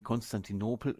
konstantinopel